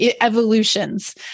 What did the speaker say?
evolutions